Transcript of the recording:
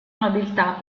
nobiltà